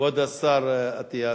כבוד השר אטיאס,